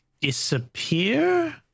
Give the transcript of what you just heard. disappear